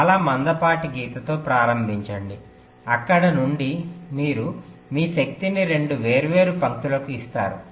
చాలా మందపాటి గీతతో ప్రారంభించండి అక్కడ నుండి మీరు మీ శక్తిని రెండు వేర్వేరు పంక్తులకు ఇస్తారు